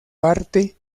parte